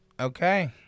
okay